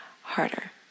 harder